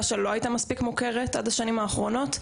שלא הייתה מספיק מוכרת עד השנים האחרונות,